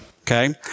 okay